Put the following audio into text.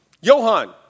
Johan